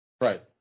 Right